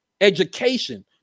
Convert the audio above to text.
education